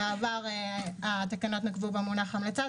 בעבר התקנות נקטו במונח המלצה,